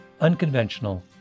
unconventional